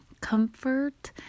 comfort